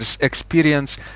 experience